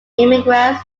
immigrants